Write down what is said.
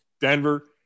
Denver –